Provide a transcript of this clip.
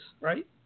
right